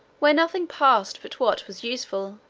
where nothing passed but what was useful,